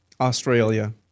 Australia